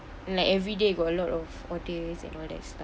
like every day got a lot of orders and all that stuffs